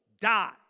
die